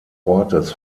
ortes